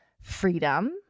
freedom